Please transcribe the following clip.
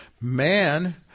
Man